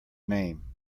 name